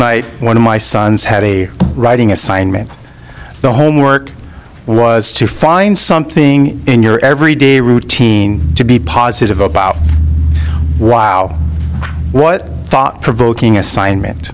night one of my sons had a writing assignment the homework was to find something in your every day routine to be positive about wow what a thought provoking assignment